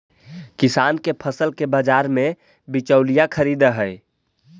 किसान के फसल के बाजार में बिचौलिया खरीदऽ हइ